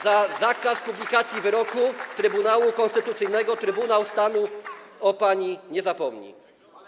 Za zakaz publikacji wyroku Trybunału Konstytucyjnego Trybunał Stanu o pani nie zapomni.